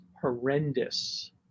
horrendous